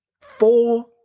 four